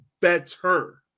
better